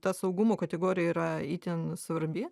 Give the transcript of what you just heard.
ta saugumo kategorija yra itin svarbi